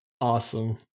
awesome